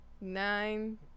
nine